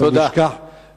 לא נשכח, תודה.